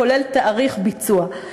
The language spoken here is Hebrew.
כולל תאריך ביצוע.